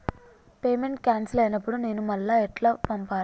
Payment cancel అయినపుడు నేను మళ్ళా ఎట్ల పంపాలే?